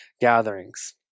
gatherings